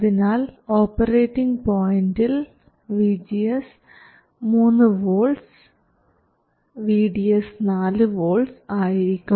അതിനാൽ ഓപ്പറേറ്റിങ് പോയിന്റിൽ VGS 3 volts VDS 4 volts ആയിരിക്കും